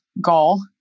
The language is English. goal